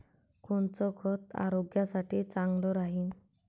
कोनचं खत आरोग्यासाठी चांगलं राहीन?